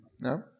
No